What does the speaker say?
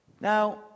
Now